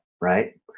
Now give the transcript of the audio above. right